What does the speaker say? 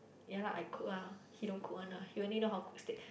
ya lah I cook lah he don't cook one lah he only know how to cook steak